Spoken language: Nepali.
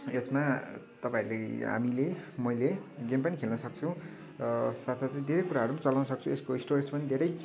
यसमा तपाईँहरूले हामीले मैले गेम पनि खेल्न सक्छु साथसाथै धेरै कुराहरू पनि चलाउन सक्छु यसको स्टोरेज पनि धेरै